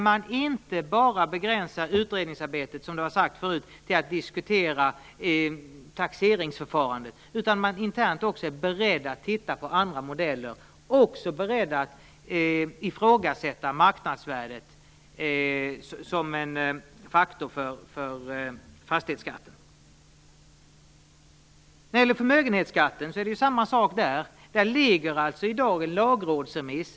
Man begränsar inte utredningsarbetet till taxeringsförfarandet, som det har sagts förut, utan man är internt också beredd att titta på andra modeller och att ifrågasätta marknadsvärdet som en faktor vad gäller fastighetsskatten. Det är samma sak när det gäller förmögenhetsskatten. Det finns i dag en lagrådsremiss.